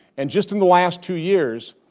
and just in the last two years,